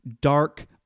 dark